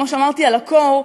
כמו שאמרתי על הקור,